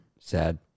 Sad